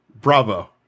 bravo